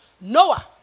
Noah